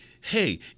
hey